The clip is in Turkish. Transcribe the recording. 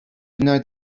günler